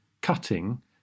cutting